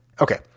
okay